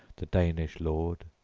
the danish lord,